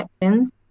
connections